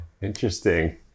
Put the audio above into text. Interesting